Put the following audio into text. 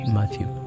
Matthew